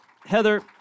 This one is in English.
Heather